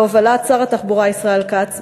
בהובלת שר התחבורה ישראל כץ,